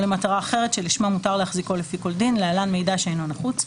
למטרה שלשמה מותר להחזיקו לפי כל דין (להלן מידע שאינו נחוץ).